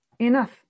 enough